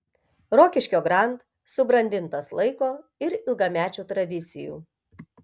rokiškio grand subrandintas laiko ir ilgamečių tradicijų